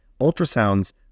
Ultrasounds